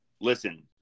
Listen